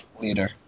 Leader